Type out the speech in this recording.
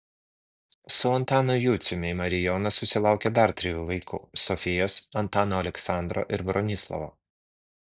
su antanu juciumi marijona susilaukė dar trijų vaikų sofijos antano aleksandro ir bronislovo